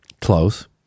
Close